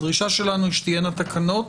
הדרישה שלנו היא שתהיינה תקנות